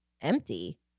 empty